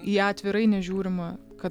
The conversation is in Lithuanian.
į ją atvirai nežiūrima kad